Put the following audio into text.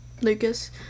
Lucas